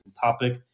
topic